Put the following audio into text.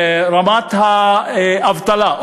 רמת האבטלה,